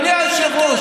אדוני היושב-ראש,